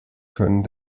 können